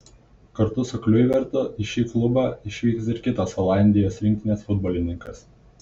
kartu su kliuivertu į šį klubą išvyks ir kitas olandijos rinktinės futbolininkas